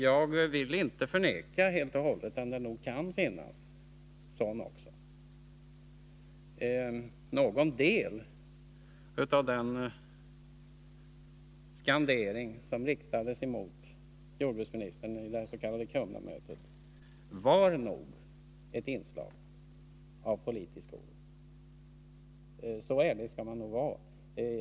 Jag vill inte förneka helt och hållet att det kan finnas sådan oro. Någon del av den skandering som riktades mot jordbruksministern vid det s.k. Kumlamötet var nog ett inslag av politisk oro. Så ärlig kan man nog vara att man erkänner det.